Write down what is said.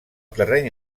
terreny